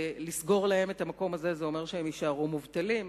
ולסגור להם את המקום הזה אומר שהם יישארו מובטלים,